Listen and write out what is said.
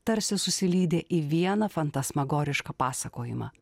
tarsi susilydė į vieną fantasmagorišką pasakojimą